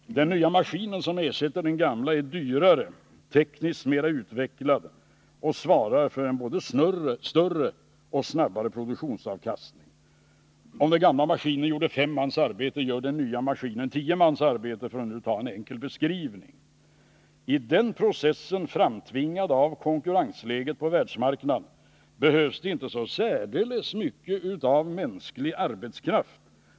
Den nya maskinen som ersätter den gamla är dyrare och tekniskt mera utvecklad, och den svarar för en både större och snabbare produktionsavkastning. Om den gamla maskinen gjorde fem mans arbete, så gör den nya maskinen tio mans arbete, för att nu ta ett enkelt exempel. I den processen, framtvingad av konkurrensläget på världsmarknaden, behövs det inte så särdeles mycket av mänsklig arbetskraft.